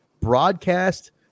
broadcast